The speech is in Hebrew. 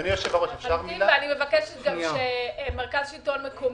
אני מבקשת גם שמרכז השלטון המקומי,